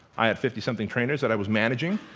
i had fifty-something trainers that i was managing,